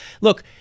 Look